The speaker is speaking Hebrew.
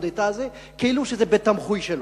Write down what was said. d`etat הזה כאילו זה בית-תמחוי שלו.